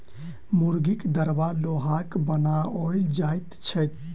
मुर्गीक दरबा लोहाक बनाओल जाइत छै